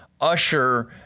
usher